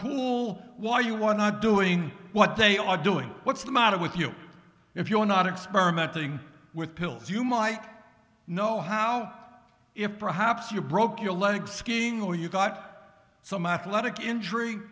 cool why you want not doing what they are doing what's the matter with you if you're not experimenting with pills you might know how if perhaps you broke your leg skiing or you got some athletic injury